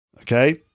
Okay